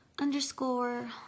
underscore